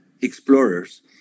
explorers